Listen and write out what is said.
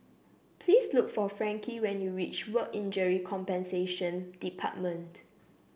please look for Frankie when you reach Work Injury Compensation Department